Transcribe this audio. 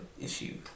issue